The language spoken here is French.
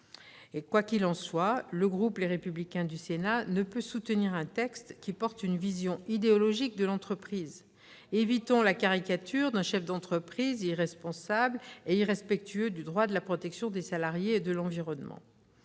Quoi qu'il en soit, le groupe Les Républicains du Sénat ne peut soutenir un texte qui promeut une vision idéologique de l'entreprise. Évitons la caricature d'un chef d'entreprise irresponsable et irrespectueux du droit de la protection des salariés et de l'environnement